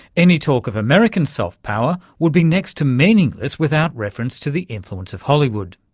any talk of american soft power would be next to meaningless without reference to the influence of hollywood.